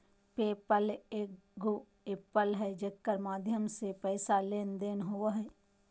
पे पल एगो एप्प है जेकर माध्यम से पैसा के लेन देन होवो हय